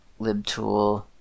libtool